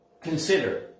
consider